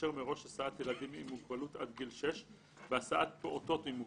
לאשר מראש הסעת ילדים עם מוגבלות עד גיל 6 בהסעת פעוטות עם מוגבלות,